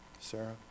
Sarah